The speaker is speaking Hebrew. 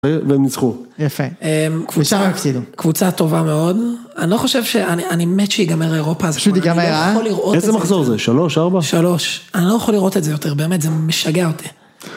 והם ניצחו. יפה. באר שבע הפסידו. קבוצה טובה מאוד. אני לא חושב ש... אני מת שיגמר אירופה. פשוט יגמר הא? איזה מחזור זה? שלוש? ארבע? שלוש. אני לא יכול לראות את זה יותר, באמת. זה משגע אותי.